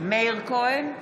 מאיר כהן,